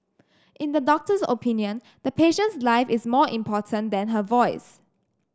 in the doctor's opinion the patient's life is more important than her voice